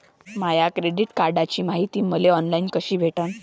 माया credit कार्डची मायती मले ऑनलाईन कसी भेटन?